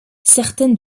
certaines